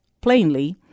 plainly